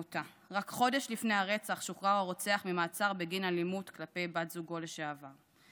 רק חודש לפני הרצח שוחרר הרוצח ממאסר בגין אלימות כלפי בת זוגו לשעבר,